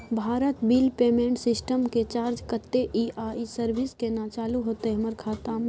Bharat bill payment system के charge कत्ते इ आ इ सर्विस केना चालू होतै हमर खाता म?